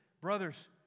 brothers